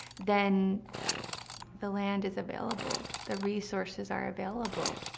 then the land is available, the resources are available.